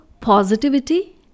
positivity